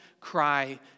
cry